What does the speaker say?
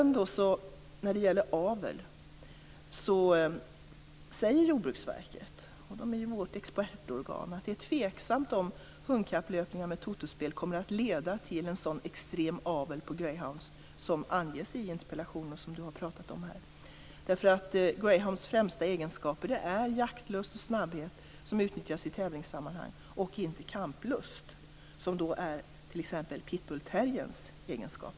När det gäller avel säger Jordbruksverket, som är vårt expertorgan, att det är tveksamt om hundkapplöpningar med totospel kommer att leda till en sådan extrem avel på greyhound som anges i interpellationen och som Gudrun Lindvall har talat om här. Greyhounds främsta egenskaper är jaktlust och snabbhet, som utnyttjas i tävlingssammanhang, och inte kamplust, som är t.ex. pitbullterrierns egenskap.